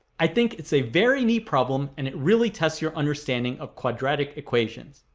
i think it's a very neat problem, and it really tests your understanding of quadratic equations.